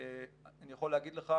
אני יכול להגיד לך,